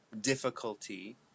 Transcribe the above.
difficulty